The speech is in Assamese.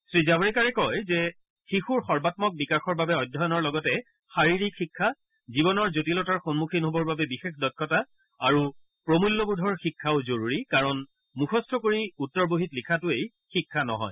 শ্ৰীজাত্ৰেকাৰে কয় যে শিশুৰ সৰ্বামক বিকাশৰ বাবে অধ্যয়নৰ লগতে শাৰিৰীক শিক্ষা জীৱনৰ জটিলতাৰ সম্মুখীন হবৰ বাবে বিশেষ দক্ষতা আৰু প্ৰমূল্যবোধৰ শিক্ষাও জৰুৰী কাৰণ মুখস্থ কৰি উত্তৰ বহীত লিখাটোৱেই শিক্ষা নহয়